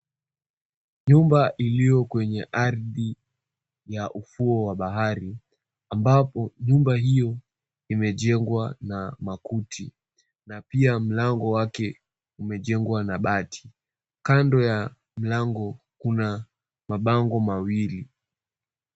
Nyumba iliyo kwenye ardhi ya ufuo wa bahari ambapo nyumba hiyo imejengwa na makuti na pia mlango wake umejengwa na bati. Kando ya mlango kuna mabango mawili.